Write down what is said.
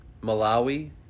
Malawi